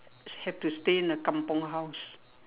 have to stay in a kampung house